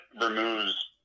removes